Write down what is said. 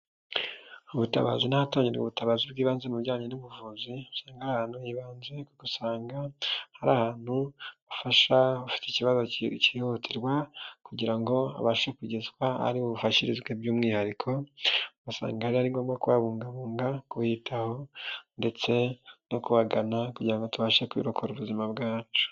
Ubutabazi n'abahatangira ubutabazi bw'ibanze mu bijyanye n'ubuvuzi ni nk'ahantu h'ibanze. Usanga ari ahantu bafasha abafite ikibazo kihohoterwa kugira ngo abashe kugezwa aho ari bufashirizwe by'umwihariko basanga ari ngombwa kuhabungabunga kuhitaho ndetse no kubagana kugira tubashe kwirokora ubuzima bwacu.